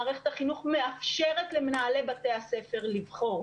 מערכת החינוך מאפשרת למנהלי בתי הספר לבחור,